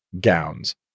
gowns